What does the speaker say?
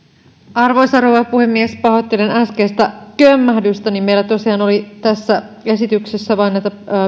arvoisa rouva puhemies pahoittelen äskeistä kömmähdystäni meillä tosiaan oli tässä esityksessä vain näitä